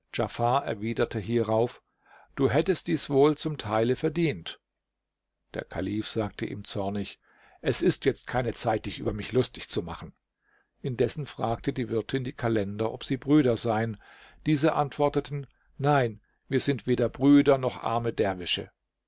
erwiderte hierauf du hättest dies wohl zum teile verdient der kalif sagte ihm zornig es ist jetzt keine zeit dich über mich lustig zu machen indessen fragte die wirtin die kalender ob sie brüder seien diese antworteten nein wir sind weder brüder noch arme derwische